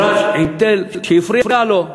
ולחברו היה מגרש עם תל שהפריע לו.